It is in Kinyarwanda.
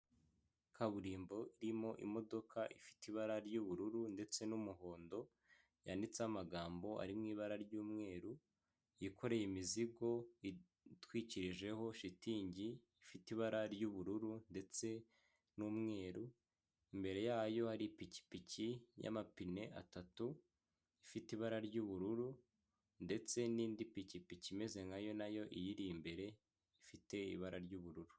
Kaburimbo irimo imodoka ifite ibara ry'ubururu ndetse n'umuhondo yanditseho amagambo ari mu ibara ry'umweru, yikoreye imizigo itwikirijeho shitingi ifite ibara ry'ubururu ndetse n'umweru, imbere yayo hari ipikipiki y'amapine atatu ifite ibara ry'ubururu ndetse n'indi pikipiki imeze nkayo nayo iyiri imbere ifite ibara ry'ubururu.